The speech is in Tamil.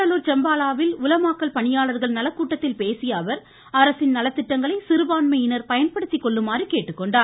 கூடலூர் செம்பாலாவில் உலமாக்கல் பணியாளர்கள் நல கூட்டத்தில் பேசிய அவர் அரசின் நலத்திட்டங்களை சிறுபான்மையினர் பயன்படுத்திக்கொள்ளுமாறு அறிவுறுத்தினார்